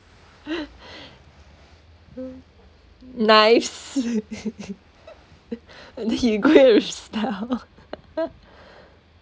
nice and then you go and just tell